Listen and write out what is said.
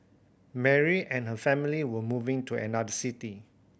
Mary and her family were moving to another city